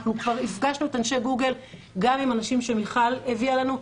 אנחנו כבר הפגשנו את אנשי גוגל גם אם אנשים שמיכל הביאה אלינו,